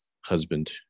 husband